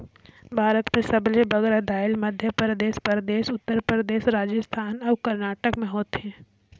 भारत में सबले बगरा दाएल मध्यपरदेस परदेस, उत्तर परदेस, राजिस्थान अउ करनाटक में होथे